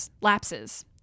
lapses